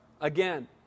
Again